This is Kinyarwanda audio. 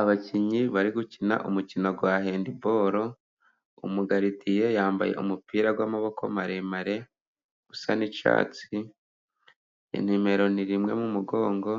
Abakinnyi bari gukina umukino wa hendi boro umugaridiye yambaye umupira w'amaboko maremare usa n'icyatsi inimero ni rimwe mu mugongo.